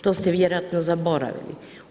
To ste vi vjerojatno zaboravili.